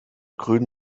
grün